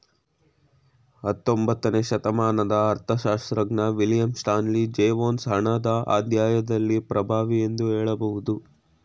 ಹತ್ತೊಂಬತ್ತನೇ ಶತಮಾನದ ಅರ್ಥಶಾಸ್ತ್ರಜ್ಞ ವಿಲಿಯಂ ಸ್ಟಾನ್ಲಿ ಜೇವೊನ್ಸ್ ಹಣದ ಅಧ್ಯಾಯದಲ್ಲಿ ಪ್ರಭಾವಿ ಎಂದು ಹೇಳಬಹುದು